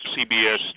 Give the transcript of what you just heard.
cbs